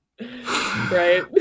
right